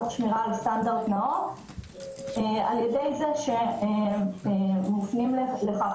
תוך שמירה על סטנדרט נאות על ידי זה שמופנים לכך